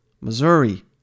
Missouri